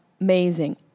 amazing